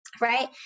Right